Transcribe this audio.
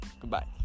goodbye